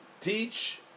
teach